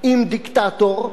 עם דיקטטור,